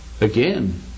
Again